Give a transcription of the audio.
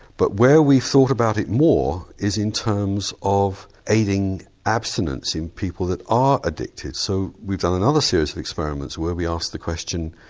but where we thought about it more is in terms of aiding abstinence in people who are addicted so we've done another series of experiments where we asked the question.